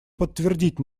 подтвердить